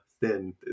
thin